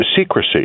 secrecy